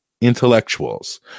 intellectuals